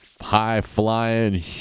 high-flying